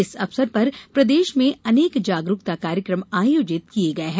इस अवसर पर प्रदेश में अनेक जागरूकता कार्यक्रम आयोजित किये गये हैं